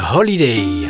Holiday